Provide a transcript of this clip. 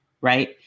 right